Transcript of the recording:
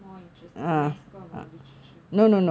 more interesting uh mass communication or literature